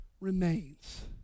remains